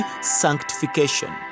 sanctification